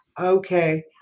Okay